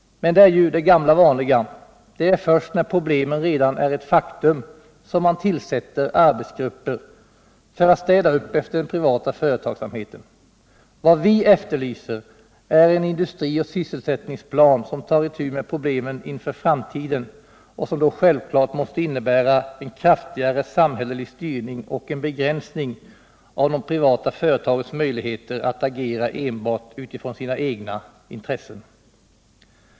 Men det är ett exempel på det gamla vanliga: Det är först när problemen redan är ett faktum som man tillsätter arbetsgrupper för att städa upp efter den privata företagsamheten. Vad vi efterlyser är en industrioch sysselsättningsplan som tar itu med problemen inför framtiden, vilket självfallet måste innebära en kraftigare samhällelig styrning och en begränsning av de privata företagens möjligheter att agera enbart utifrån sina egna intressen.